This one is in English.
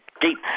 deep